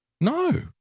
No